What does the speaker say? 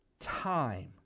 time